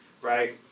Right